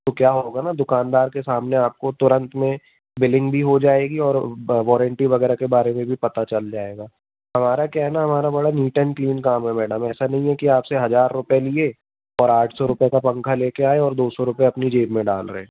तो क्या होगा ना दुकानदार के सामने आपको तुरंत में बिलिंग भी हो जाएगी और वाॅरंटी वग़ैरह के बारे में भी पता चल जाएगा हमारा क्या है ना हमारा बड़ा नीट एंड क्लीन काम है मैडम ऐसा नहीं है कि आप से हज़ार रुपये लिए और आठ सौ रूपये का पंखा लेकर आए और दो सौ रुपए अपनी जेब में डाल रहें